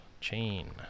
chain